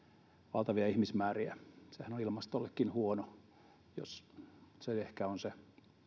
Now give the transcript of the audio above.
valtavia ihmismääriä sehän on ilmastollekin huono se ehkä on se